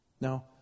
Now